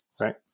right